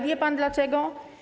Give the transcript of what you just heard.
Wie pan, dlaczego?